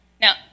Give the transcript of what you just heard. Now